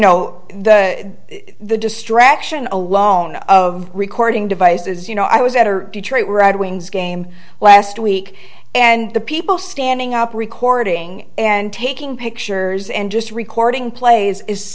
know the distraction alone of recording devices you know i was at or detroit red wings game last week and the people standing up recording and taking pictures and just recording plays